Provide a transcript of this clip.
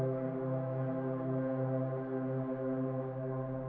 sure